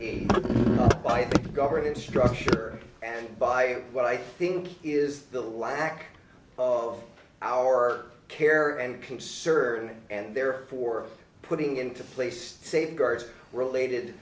the government structure and by what i think is the lack of our care and concern and therefore putting into place safeguards related